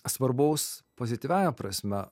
svarbaus pozityviąja prasme